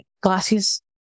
glasses